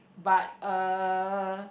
but uh